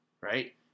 right